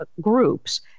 groups